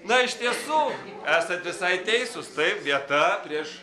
na iš tiesų esat visai teisūs taip vieta prieš